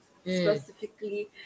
specifically